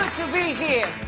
to be here.